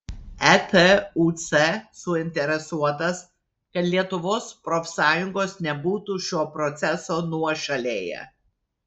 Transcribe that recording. etuc suinteresuotas kad lietuvos profsąjungos nebūtų šio proceso nuošalėje